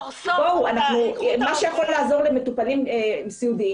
מה שיכול לעזור למטופלים סיעודיים,